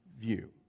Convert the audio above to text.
view